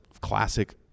classic